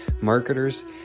marketers